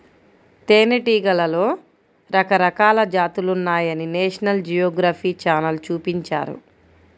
తేనెటీగలలో రకరకాల జాతులున్నాయని నేషనల్ జియోగ్రఫీ ఛానల్ చూపించారు